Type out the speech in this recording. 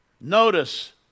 Notice